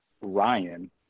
Ryan